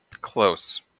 close